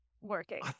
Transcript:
working